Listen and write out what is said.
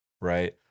right